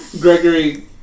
Gregory